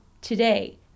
today